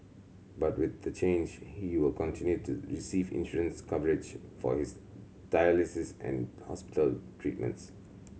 but with the change he will continue to receive insurance coverage for his dialysis and hospital treatments